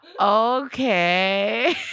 Okay